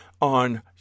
on